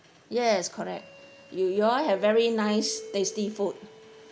yes correct you you all have very nice tasty food